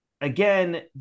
again